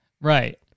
Right